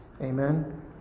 Amen